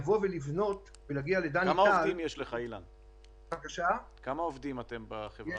לבוא ולבנות ולהגיע לדני טל --- כמה עובדים אתם בחברה?